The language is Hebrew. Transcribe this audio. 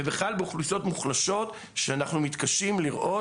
ובכלל באוכלוסיות מוחלשות, שאנחנו מתקשים לראות.